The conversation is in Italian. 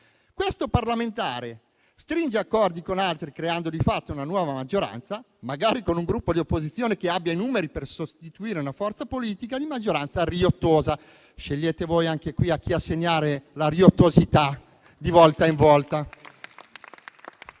questo parlamentare stringe accordi con altri, creando di fatto una nuova maggioranza, magari con un Gruppo di opposizione che abbia i numeri per sostituire una forza politica di maggioranza riottosa (scegliete voi anche in questo a chi assegnare la riottosità di volta in volta).